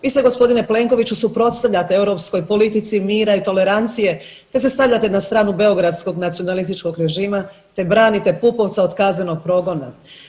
Vi se gospodine Plenkoviću suprotstavljate europskoj politici mira i tolerancije, te se stavljate na stranu beogradskog nacionalističkog režima, te branite Pupovca od kaznenog progona.